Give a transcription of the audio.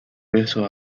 beso